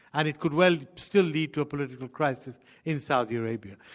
and it could well still lead to a political crisis in saudi arabia.